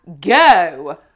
Go